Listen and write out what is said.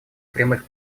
прямых